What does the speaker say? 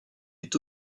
est